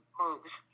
moves